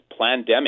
Plandemic